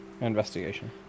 Investigation